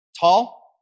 tall